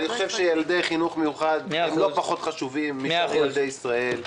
אני חושב שילדי חינוך מיוחד הם לא פחות חשובים משאר ילדי ישראל.